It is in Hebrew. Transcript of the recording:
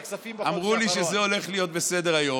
אמרו לי שזה הולך להיות בסדר-היום,